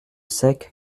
sec